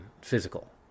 physical